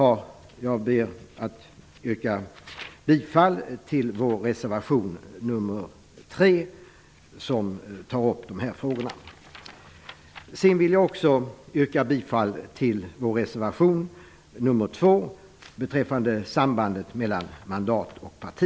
Jag ber att få yrka bifall till vår reservation nr 5, som tar upp de här frågorna. Jag vill också yrka bifall till vår reservation nr 2, som berör sambandet mellan mandat och parti.